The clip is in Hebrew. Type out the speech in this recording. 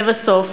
לבסוף,